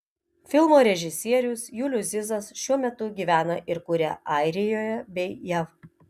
filmo režisierius julius zizas šiuo metu gyvena ir kuria airijoje bei jav